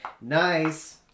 Nice